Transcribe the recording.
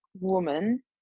woman